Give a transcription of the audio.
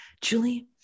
Julie